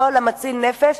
כל המציל נפש,